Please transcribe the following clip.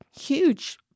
huge